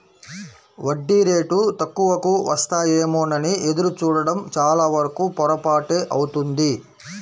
వడ్డీ రేటు తక్కువకు వస్తాయేమోనని ఎదురు చూడడం చాలావరకు పొరపాటే అవుతుంది